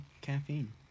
caffeine